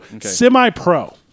Semi-pro